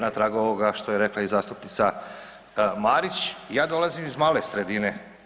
Na tragu ovoga što je rekla i zastupnica Marić, ja dolazim iz male sredine.